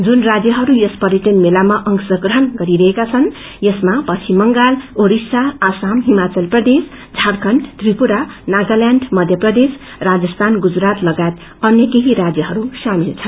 जुन राज्यहरू यस पर्यटन ममेलामा अंश्र प्रहण गररहेका छन् यसमा पश्चिम बंगाल ओड़िसा आसाम डिमाचलप्रदेश झारखण्ड त्रिपुरा नागालैण्ड मध्यप्रदेश राजसीन गुजरात लगायत अय केही राज्यहरू सामेल छन्